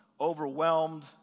overwhelmed